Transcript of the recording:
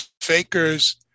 fakers